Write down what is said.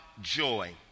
joy